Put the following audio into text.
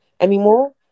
anymore